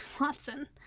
Watson